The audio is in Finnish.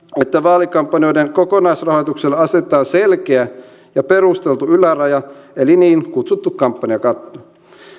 että vaalikampanjoiden kokonaisrahoitukselle asetetaan selkeä ja perusteltu yläraja eli niin kutsuttu kampanjakatto